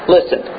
listen